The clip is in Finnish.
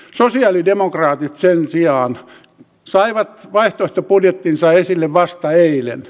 sosialidemokraatit sen sijaan saivat vaihtoehtobudjettinsa esille vasta eilen